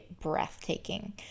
breathtaking